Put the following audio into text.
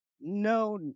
no